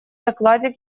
докладе